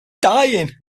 dying